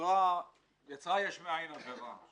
שיצרה בעצם עבירה יש מאין.